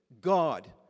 God